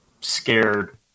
scared